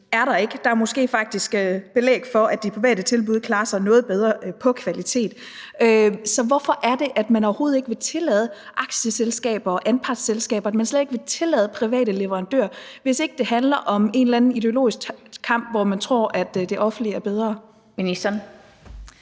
er der ikke – der er måske faktisk belæg for, at de private tilbud klarer sig noget bedre på kvalitet. Så hvorfor er det, at man overhovedet ikke vil tillade aktieselskaber og anpartsselskaber, at man slet ikke vil tillade private leverandører, hvis ikke det handler om en eller anden ideologisk kamp, hvor man tror, at det offentlige er bedre? Kl.